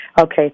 Okay